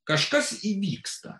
kažkas įvyksta